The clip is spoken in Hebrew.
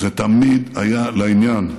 זה תמיד היה לעניין.